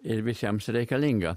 ir visiems reikalinga